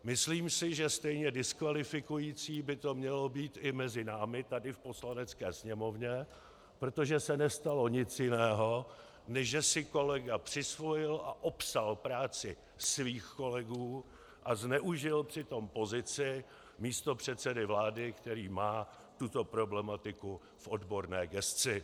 Myslím si, že stejně diskvalifikující by to mělo být i mezi námi tady v Poslanecké sněmovně, protože se nestalo nic jiného, než že si kolega přisvojil a opsal práci svých kolegů a zneužil při tom pozici místopředsedy vlády, který má tuto problematiku v odborné gesci.